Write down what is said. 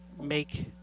make